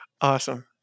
Awesome